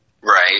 Right